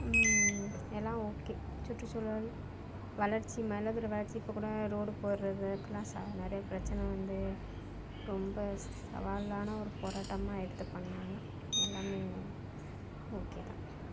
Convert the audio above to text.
எல்லாஓகே சுற்றுசூழல் வளர்ச்சி மயிலாடுதுறை வளர்ச்சி கூட ரோடு போடுறது நிறைய பிரச்சினை வந்து ரொம்ப சவாலான ஒரு போராட்டமாக எடுத்து பண்ணாங்கள் எல்லாமே ஓகே தான்